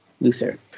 Luther